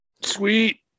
Sweet